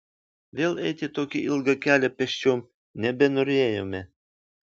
vėl eiti tokį ilgą kelią pėsčiom nebenorėjome